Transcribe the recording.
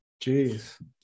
Jeez